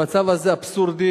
המצב הזה אבסורדי.